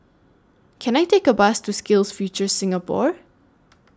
Can I Take A Bus to SkillsFuture Singapore